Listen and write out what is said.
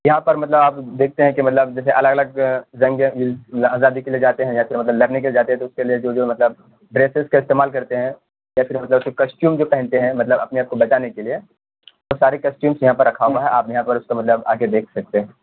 یہاں پر مطلب آپ دیکھتے ہیں کہ مطلب جیسے الگ الگ جنگِ آزادی کے لیے جاتے ہیں یا پھر مطلب لڑنے کے لیے جاتے ہیں تو اس کے لیے جو جو مطلب ڈریسز کا استعمال کرتے ہیں جیسے مطلب کسٹیومس جو پہنتے ہیں مطلب اپنے آپ کو بچانے کے لیے وہ سارے کسٹیومس یہاں پر رکھا ہوا ہے آپ یہاں پر اس کو مطلب آ کے دیکھ سکتے ہیں